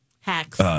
Hacks